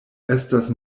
estas